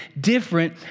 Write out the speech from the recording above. different